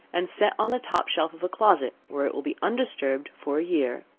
and set on the top shelf of a closet, where it will be undisturbed for a year.